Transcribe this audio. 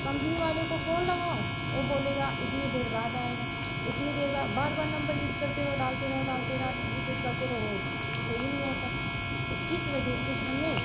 company वाले को phone लगाओ ओ बोलेगा इतनी देर बाद आएगा उतनी देर बाद बार बार नंबर यूज करते रहो डालते रहो डालते डाल रिपीट करते रहो ओ सही नहीं होता है तो इस वजह से हमें